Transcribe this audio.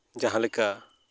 ᱡᱟᱦᱟᱸᱞᱮᱠᱟ